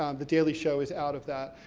um the daily show is out of that.